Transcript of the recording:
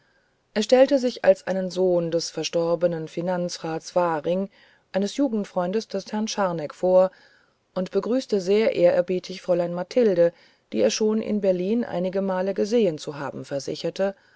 er stellte sich als einen sohn des verstorbenen finanzrats waring eines jugendfreundes des herrn von scharneck vor begrüßte sehr ehrerbietig fräulein mathilde die er schon in berlin einige male gesehen zu haben versicherte